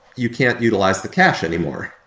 you can't utilize the cache anymore.